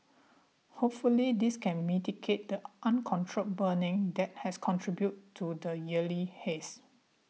hopefully this can mitigate the uncontrolled burning that has contributed to the yearly haze